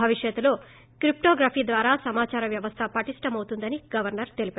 భవిష్యత్తులో క్రిష్టోగ్రఫీ ద్వారా సమాచార వ్యవస్థ పటిష్టమవుతుందని గవర్సర్ తెలిపారు